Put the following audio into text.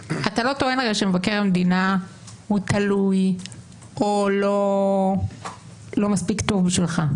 אתה לא טוען הרי שמבקר המדינה הוא תלוי או לא מספיק טוב בשבילך,